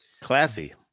Classy